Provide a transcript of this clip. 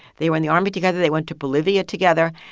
they were in the army together. they went to bolivia together,